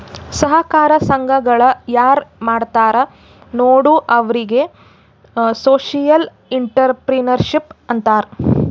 ಸಹಕಾರ ಸಂಘಗಳ ಯಾರ್ ಮಾಡ್ತಾರ ನೋಡು ಅವ್ರಿಗೆ ಸೋಶಿಯಲ್ ಇಂಟ್ರಪ್ರಿನರ್ಶಿಪ್ ಅಂತಾರ್